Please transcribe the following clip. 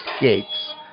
gates